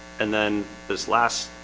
and then this last